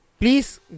Please